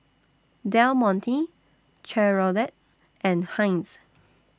Del Monte Chevrolet and Heinz